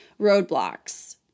roadblocks